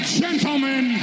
gentlemen